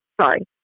sorry